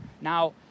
Now